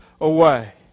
away